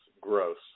gross